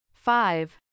Five